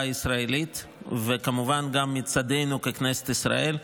הישראלית וכמובן גם מצידנו ככנסת ישראל.